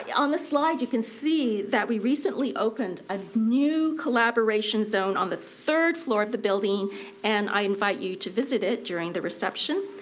yeah on the slide you can see that we recently opened a new collaboration zone on the third floor of the building and i invite you to visit it during the reception.